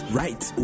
right